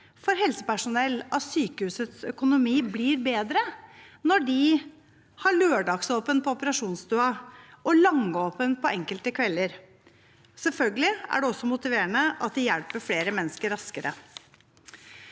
for helsepersonell at sykehusets økonomi blir bedre når de har lørdagsåpent på operasjonsstuen og langåpent på enkelte kvelder. Selvfølgelig er det også motiverende at de hjelper flere mennesker raskere.